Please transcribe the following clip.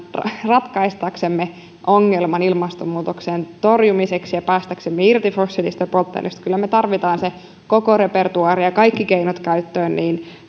ratkaistaksemme ongelman ilmastonmuutoksen torjumiseksi ja päästäksemme irti fossiilisista polttoaineista kyllä me tarvitsemme sen koko repertuaarin ja kaikki keinot käyttöön me tarvitsemme niin